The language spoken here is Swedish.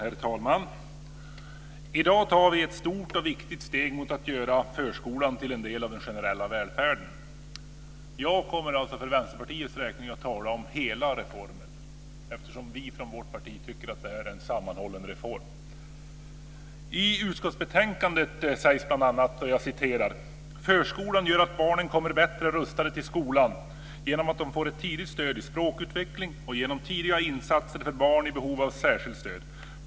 Herr talman! I dag tar vi ett stort och viktigt steg mot att göra förskolan till en del av den generella välfärden. Jag kommer för Vänsterpartiets räkning att tala om hela reformen, eftersom vi från vårt parti tycker att det är en sammanhållen och bra reform. I utskottsbetänkandet sägs bl.a. följande: "Förskolan gör att barnen kommer bättre rustade till skolan, genom att de får ett tidigt stöd i språkutvecklingen och genom tidiga insatser för barn i behov av särskilt stöd.